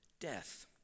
death